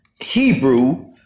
Hebrew